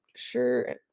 sure